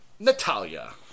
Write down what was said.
Natalia